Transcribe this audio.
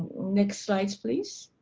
next slides please